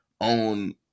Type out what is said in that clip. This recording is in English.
on